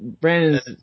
Brandon's